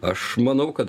aš manau kad